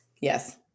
Yes